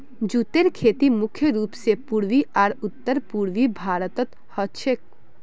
जूटेर खेती मुख्य रूप स पूर्वी आर उत्तर पूर्वी भारतत ह छेक